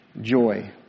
joy